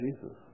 Jesus